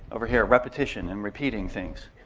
over here, repetition and repeating things.